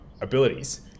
abilities